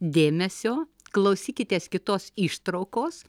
dėmesio klausykitės kitos ištraukos